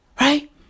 Right